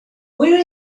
where